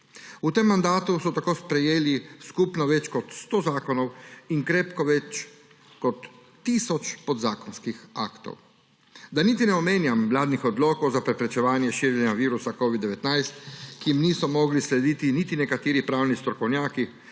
V tem mandatu so tako sprejeli skupno več kot 100 zakonov in krepko več kot tisoč podzakonskih aktov. Da niti ne omenjam vladnih odlokov za preprečevanje širjenja virusa covida-19, ki jim niso mogli slediti niti nekateri pravni strokovnjaki,